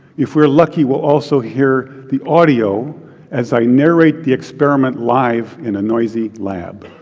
if we're lucky, we'll also hear the audio as i narrate the experiment live in a noisy lab.